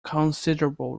considerable